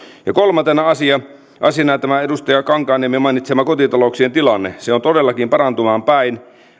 kolmantena asiana tämä edustaja kankaanniemen mainitsema kotitalouksien tilanne se on todellakin parantumaan päin